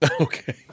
Okay